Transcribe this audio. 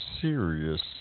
serious